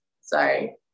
Sorry